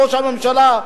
ראש הממשלה,